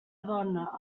dona